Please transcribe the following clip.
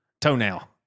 Toenail